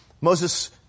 Moses